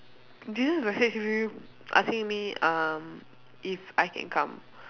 they just message me asking me um if I can come